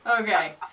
Okay